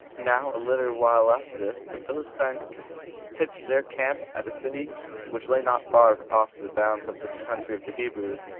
now a little while after this, the philistines pitched their camp at a city which lay not far off the bounds of the country of the hebrews.